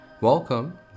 welcome